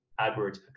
AdWords